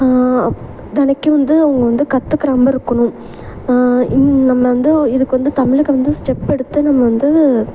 தினைக்கும் வந்து அவங்க வந்து கற்றுக்குறா மாதிரி இருக்கணும் இந்த நம்ம வந்து இதுக்கு வந்து தமிழக்கு வந்து ஸ்டெப் எடுத்து நம்ம வந்து